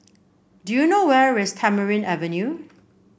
do you know where is Tamarind Avenue